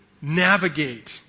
navigate